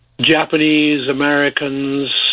Japanese-Americans